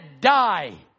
die